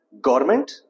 Government